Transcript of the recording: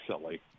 silly